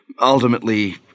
Ultimately